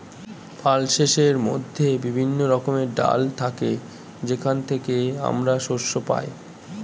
পালসেসের মধ্যে বিভিন্ন রকমের ডাল থাকে যেখান থেকে আমরা শস্য পাই